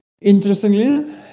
Interestingly